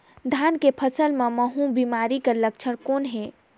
धान के फसल मे महू बिमारी के लक्षण कौन हे?